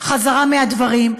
חזרה מהדברים,